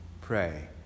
Pray